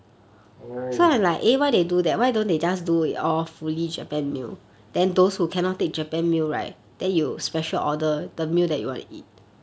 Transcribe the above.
oh